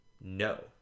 no